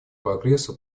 прогресса